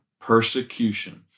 persecution